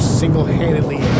single-handedly